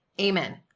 Amen